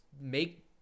make